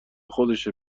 خودشه